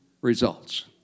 results